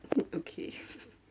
uh okay